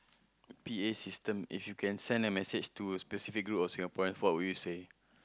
P_A system if you can send a message to a specific group of Singaporean what would you say